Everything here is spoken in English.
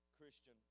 Christian